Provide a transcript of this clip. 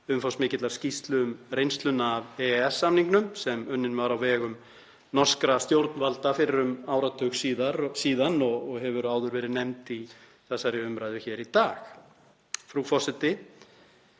umfangsmikillar skýrslu um reynsluna af EES-samningnum sem unnin var á vegum norskra stjórnvalda fyrir um áratug síðar og síðan og hefur áður verið nefnd í þessari umræðu hér í dag. Frú forseti.